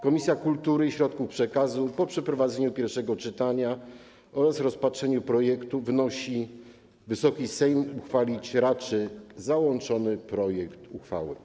Komisja Kultury i Środków Przekazu po przeprowadzeniu pierwszego czytania oraz rozpatrzeniu projektu wnosi, by Wysoki Sejm raczył podjąć załączony projekt uchwały.